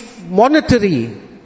monetary